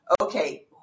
okay